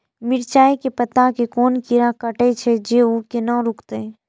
मिरचाय के पत्ता के कोन कीरा कटे छे ऊ केना रुकते?